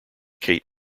kate